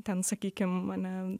ten sakykim ane